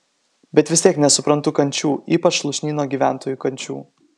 bet vis tiek nesuprantu kančių ypač lūšnyno gyventojų kančių